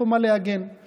איך להתנהג בשירות